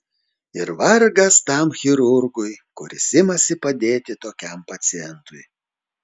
ir vargas tam chirurgui kuris imasi padėti tokiam pacientui